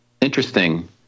interesting